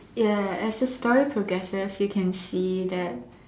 ya as the story progresses you can see that